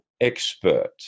expert